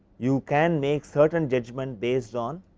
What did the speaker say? you can makes certain judgment based on